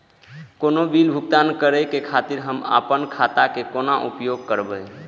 कोनो बील भुगतान के खातिर हम आपन खाता के कोना उपयोग करबै?